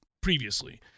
previously